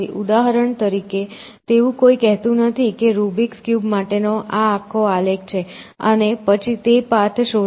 ઉદાહરણ તરીકે તેવું કોઈ કહેતું નથી કે રૂબિક્સ ક્યુબ માટેનો આ આખો આલેખ છે અને પછી તે પાથ શોધે છે